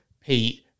Pete